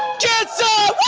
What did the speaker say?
jetso